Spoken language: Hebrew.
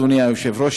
אדוני היושב-ראש,